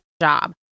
job